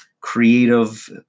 creative